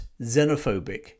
xenophobic